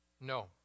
No